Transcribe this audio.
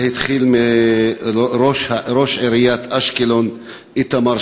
זה התחיל מראש עיריית אשקלון איתמר